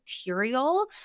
material